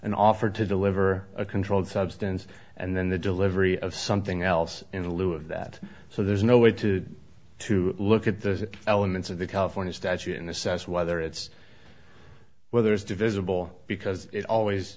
an offer to deliver a controlled substance and then the delivery of something else in the loo of that so there's no way to to look at the elements of the california statute and assess whether it's whether it's divisible because it always